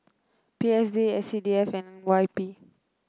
P S D S C D F and Y P